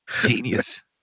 Genius